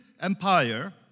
Empire